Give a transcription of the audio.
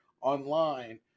online